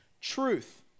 truth